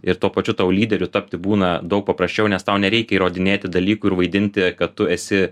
ir tuo pačiu tau lyderiu tapti būna daug paprasčiau nes tau nereikia įrodinėti dalykų ir vaidinti kad tu esi